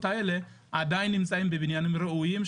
האלה עדיין נמצאים בבניינים רעועים,